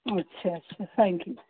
अच्छा अच्छा thank you